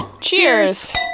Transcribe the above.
Cheers